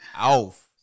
off